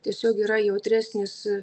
tiesiog yra jautresnis